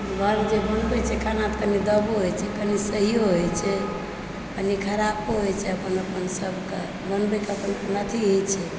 घरमे बनबै छै खाना तऽ कहिओ दबो होइत छै कभी सहिओ होइ छै कनि खरापो होइत छै अपन अपन सबकऽ बनबैके अपन अपन अथी होइत छै